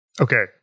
Okay